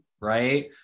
right